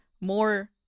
more